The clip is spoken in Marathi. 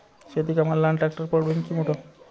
शेती कामाले लहान ट्रॅक्टर परवडीनं की मोठं?